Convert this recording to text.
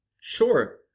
Sure